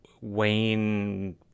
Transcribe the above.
Wayne